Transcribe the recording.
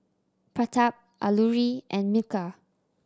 Pratap Alluri and Milkha